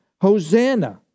Hosanna